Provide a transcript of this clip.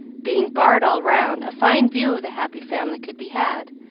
being barred all round, a fine view of the happy family could be had,